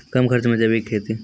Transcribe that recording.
कम खर्च मे जैविक खेती?